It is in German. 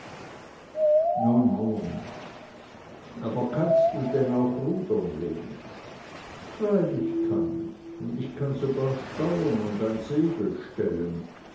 nun aber kannst du denn auch rudern lene freilich kann ich und kann auch sogar steuern und ein segel stellen